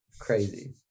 crazy